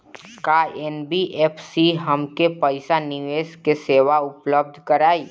का एन.बी.एफ.सी हमके पईसा निवेश के सेवा उपलब्ध कराई?